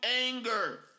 anger